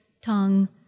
tongue